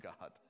God